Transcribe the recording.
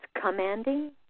commanding